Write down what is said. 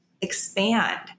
expand